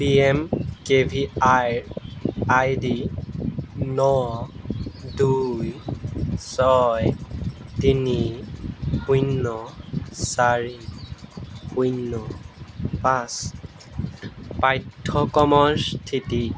P M K V I ৰ ID ন দুই ছয় তিনি শূন্য চাৰি শূন্য পাঁচ পাঠ্যক্ৰমৰ স্থিতি